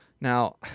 Now